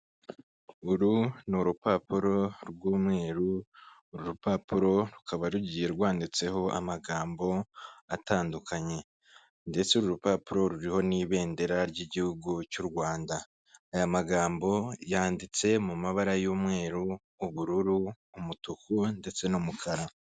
Uru ni urupapuro rw'umweru, uru rupapuro rukaba rugiye rwanditseho amagambo atandukanye ndetse urupapuro ruriho n'ibendera ry'igihugu cy'u Rwanda. Aya magambo yanditse mu mabara y'umweru , ubururu, umutuku ndetse n'umukara.